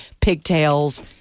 pigtails